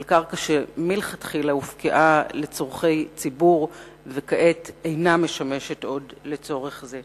על קרקע שמלכתחילה הופקעה לצורכי ציבור וכעת אינה משמשת עוד לצורך זה.